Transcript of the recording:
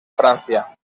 francia